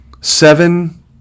Seven